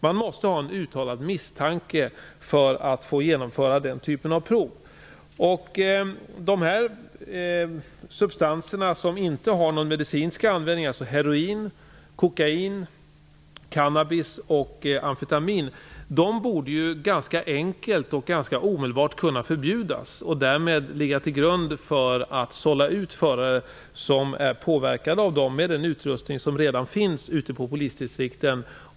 Man måste ha en uttalad misstanke för att få genomföra den typen av prov. De substanser som inte har någon medicinsk användning, dvs. heroin, kokain, cannabis och amfetamin, borde ganska enkelt och ganska omedelbart kunna förbjudas. Detta skulle ligga till grund för en utsållning av förare som är påverkade av dessa substanser med den utrustning som redan finns ute på polisdistrikten.